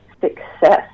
success